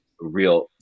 real